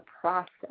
process